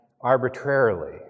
arbitrarily